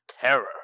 terror